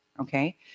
Okay